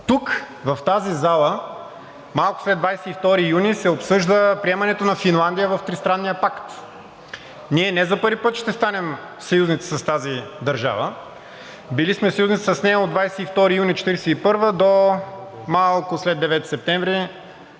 Тук, в тази зала, малко след 22 юни се обсъжда приемането на Финландия в Тристранния пакт. Ние не за първи път ще станем съюзници с тази държава, били сме съюзници с нея от 22 юни 1941 г. до малко след 9 септември